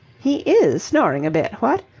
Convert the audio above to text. he is snoring a bit, what?